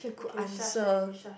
okay shush already shush